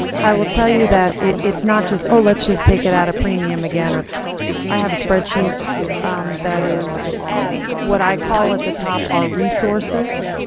i will tell you that, it's not just, oh, let's just take it at a premium again. i have a spreadsheet that is what i call at the top our resources.